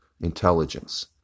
intelligence